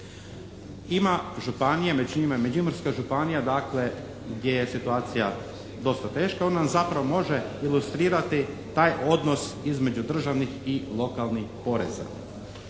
njima je i Međimurska županija gdje je situacija dosta teška. Ona nam zapravo može ilustrirati taj odnos između državnih i lokalnih poreza.